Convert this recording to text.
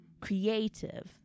creative